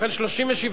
כהצעת הוועדה, נתקבל.